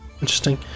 Interesting